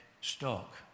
stock